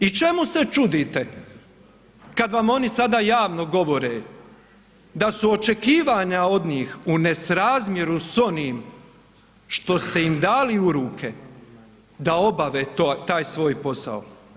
I čemu se čudite kad vam oni sada javno govore da su očekivanja od njih u nesrazmjeru s onim što ste im dali u ruke da obave taj svoj posao.